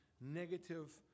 negative